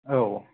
औ